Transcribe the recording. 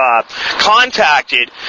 contacted